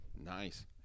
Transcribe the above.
Nice